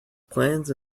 plans